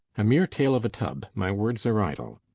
a mere tale of a tub my words are idle.